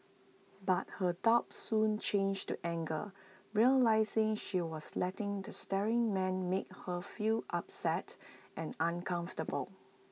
but her doubt soon changed to anger realising she was letting the staring man make her feel upset and uncomfortable